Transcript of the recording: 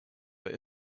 but